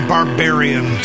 Barbarian